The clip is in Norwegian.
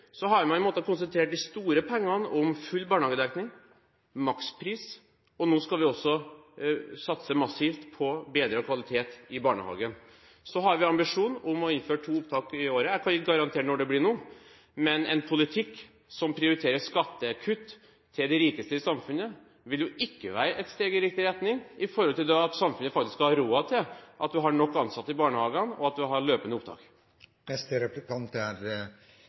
Så er det slik at vi ønsker flere opptak. Hittil har man måttet konsentrere de store pengene om full barnehagedekning og om makspris, og nå skal vi også satse massivt på å bedre kvaliteten i barnehagen. Så har vi som ambisjon å innføre to opptak i året. Jeg kan ikke nå garantere når det blir, men en politikk som prioriterer skattekutt til de rikeste i samfunnet, vil ikke være et steg i riktig retning med tanke på at samfunnet skal ha råd til å ha nok ansatte i barnehagene og ha løpende opptak.